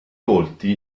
volti